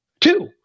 Two